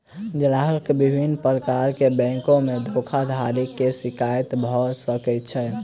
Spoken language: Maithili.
ग्राहक विभिन्न प्रकार के बैंक धोखाधड़ी के शिकार भअ सकै छै